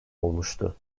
olmuştu